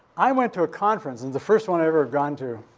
i went to a conference, and the first one i ever gone to